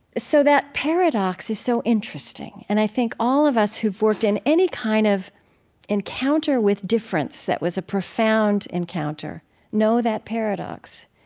so that paradox is so interesting. and i think all of us worked in any kind of encounter with difference that was a profound encounter know that paradox.